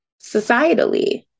societally